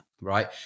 Right